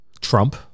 Trump